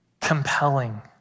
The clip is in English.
compelling